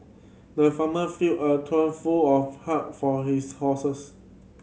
the farmer filled a trough full of hay for his horses